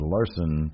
Larson